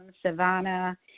Savannah